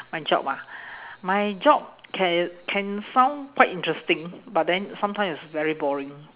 my job ah my job can can sound quite interesting but then sometimes it's very boring